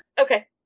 Okay